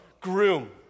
groom